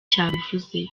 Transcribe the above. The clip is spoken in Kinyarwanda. cavuze